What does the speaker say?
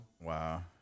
Wow